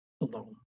alone